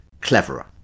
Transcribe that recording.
cleverer